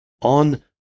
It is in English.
on